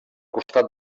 costat